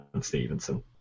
Stevenson